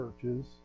churches